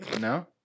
No